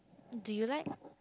do you like